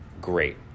great